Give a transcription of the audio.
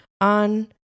on